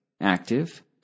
active